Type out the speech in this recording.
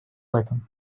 этом